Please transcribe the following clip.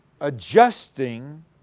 adjusting